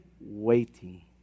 waiting